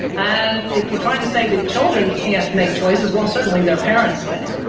and if you're trying to say that children can't make choices, well certainly their parents can.